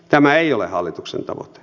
tämä ei ole hallituksen tavoite